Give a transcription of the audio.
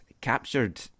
captured